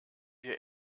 wir